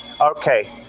okay